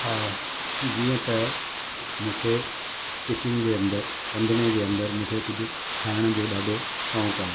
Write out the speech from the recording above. हा जीअं त मूंखे किचन जे अंदरि रंधिणे जे अंदरि मूंखे कुझु ठाहिण जो ॾाढो शौंक़ु आहे